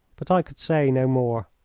but i could say no more.